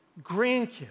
grandkids